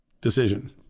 decision